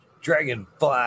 Dragonfly